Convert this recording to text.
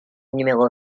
numéro